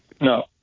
No